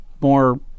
more